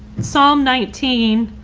psalm nineteen.